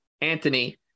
Anthony